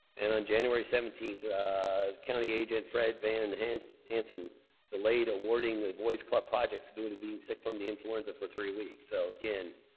and on january seventeenth county agent fred van hansen hansen delayed a warning of the boy's club project due to being sick from the influenza for three weeks. so, again,